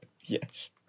Yes